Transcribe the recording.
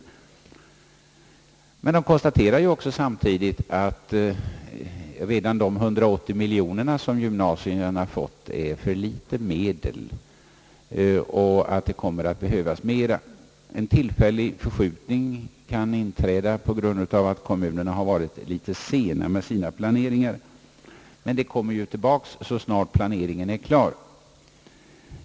Skolöverstyrelsen konstaterar samtidigt, att redan de 180 miljoner kronor som gymnasierna har fått är för litet och att det kommer att behövas mera pengar. En tillfällig förskjutning kan inträda på grund av att kommunerna varit något sena i sin planering, men spörsmålet kommer tillbaka så snart planeringen är färdig.